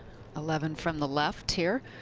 eleven from the left here.